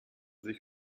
sich